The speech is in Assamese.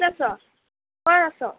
ক'ত আছ ক'ত আছ